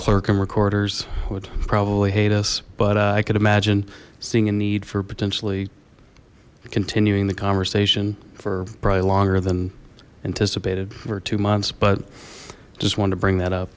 clerk and recorders would probably hate us but i could imagine seeing a need for potentially continuing the conversation for probably longer than anticipated for two months but just wanted to bring that up